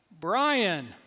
Brian